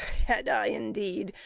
hedda indeed!